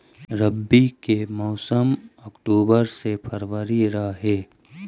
रब्बी के मौसम अक्टूबर से फ़रवरी रह हे